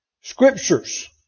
Scriptures